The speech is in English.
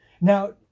Now